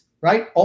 right